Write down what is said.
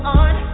on